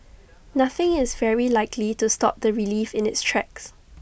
nothing is very likely to stop the relief in its tracks